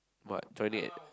but joining at